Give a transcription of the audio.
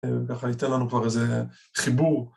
וככה הייתה לנו כבר איזה חיבור.